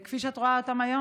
כפי שאת רואה אותם היום,